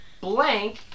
Blank